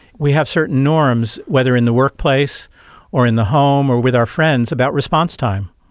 we have certain norms, whether in the workplace or in the home or with our friends, about response time.